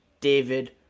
David